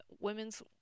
Women's